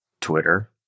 Twitter